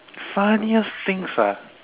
funniest things ah